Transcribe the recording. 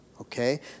Okay